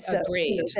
Agreed